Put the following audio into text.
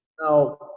Now